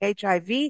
HIV